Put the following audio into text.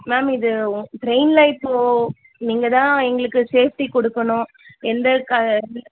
ma'am இது ஒ டிரைனில் இப்போது நீங்கள் தான் எங்களுக்கு சேஃப்டி கொடுக்கணும் எந்த க